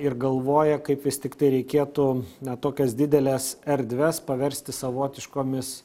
ir galvoja kaip vis tiktai reikėtų na tokias dideles erdves paversti savotiškomis